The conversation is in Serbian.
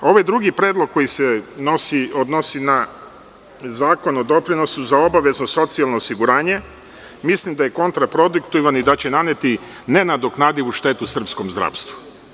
Ovaj drugi predlog koji se odnosi na Zakon o doprinosu za obavezno socijalno osiguranje, mislim da je kontraproduktivan i da će naneti nenadoknadivu štetu srpskom zdravstvu.